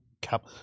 cap